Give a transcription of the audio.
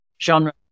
genre